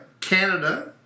Canada